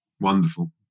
wonderful